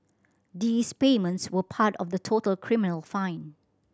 these payments were part of the total criminal fine